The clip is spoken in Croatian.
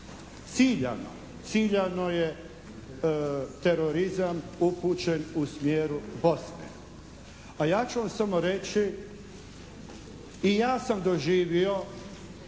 ciljano je terorizam upućen u smjeru Bosne. A ja ću vam samo reći i ja sam doživio